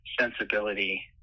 sensibility